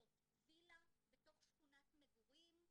זאת וילה בתוך שכונת מגורים,